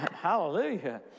Hallelujah